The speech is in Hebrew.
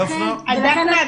דפנה --- דפנה,